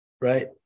Right